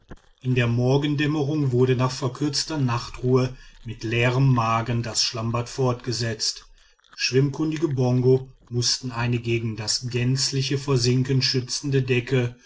in der morgendämmerung wurde nach verkürzter nachtruhe mit leerem magen das schlammbad fortgesetzt schwimmkundige bongo mußten eine gegen das gänzliche versinken schützende decke